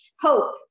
hope